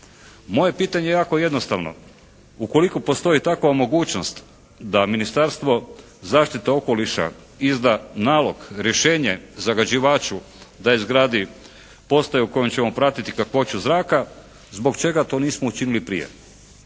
Moje pitanje je jako jednostavno. Ukoliko postoji takva mogućnost da Ministarstvo zaštite okoliša izda nalog, rješenje zagađivaču da izradu postaju kojom ćemo pratiti kakvoću zraka zbog čega to nismo učinili prije.